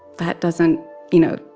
that doesn't you know,